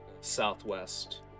southwest